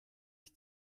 ich